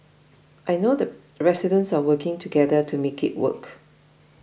I know the residents are working together to make it work